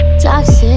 toxic